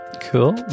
cool